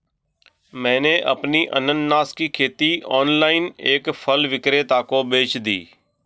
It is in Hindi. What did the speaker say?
मैंने अपनी अनन्नास की खेती ऑनलाइन एक फल विक्रेता को बेच दी